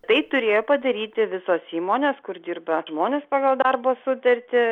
tai turėjo padaryti visos įmonės kur dirba žmonės pagal darbo sutartį